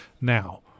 Now